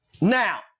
Now